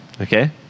okay